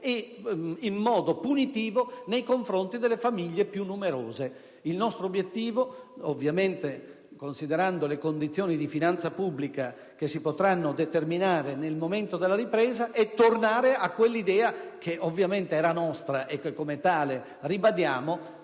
e in maniera punitiva nei confronti delle famiglie più numerose. Il nostro obiettivo, ovviamente, considerando le condizioni di finanza pubblica che si potranno determinare nel momento della ripresa, è di tornare all'idea (che era nostra e che come tale ribadiamo)